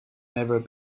never